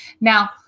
Now